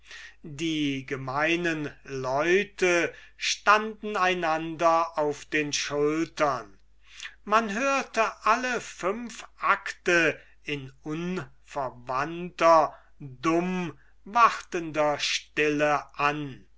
die gemeinen leute standen einander auf den schultern man hörte alle fünf acte in unverwandter dummwartender stille an